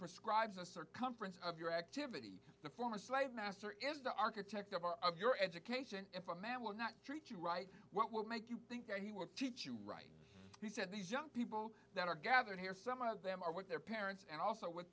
prescribes a circumference of your activity the former slave master is the architect of our of your education if a man will not treat you right what will make you think and he were teach you right he said these young people that are gathered here some of them are with their parents and also with